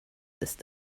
ist